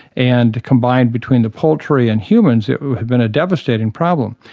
and combined between the poultry and humans it has been a devastating problem.